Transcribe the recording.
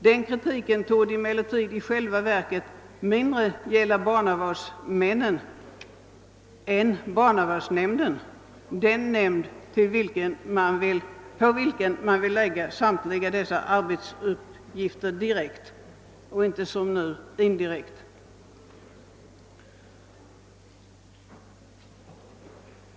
Denna kritik torde i själva verket mindre gälla barnavårdsmännen än barnavårdsnämnden, den nämnd på vilken man vill lägga samtliga dessa arbetsuppgifter direkt och inte som nu indirekt.